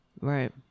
Right